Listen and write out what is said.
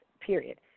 period